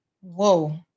Whoa